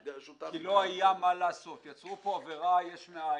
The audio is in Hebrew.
כי לא היה מה לעשות, כי יצרו פה עבירה יש מאין.